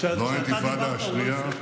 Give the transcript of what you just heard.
כשאתה דיברת הוא לא הפריע.